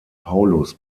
paulus